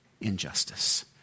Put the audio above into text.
injustice